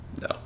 no